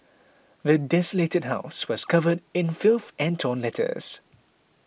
the desolated house was covered in filth and torn letters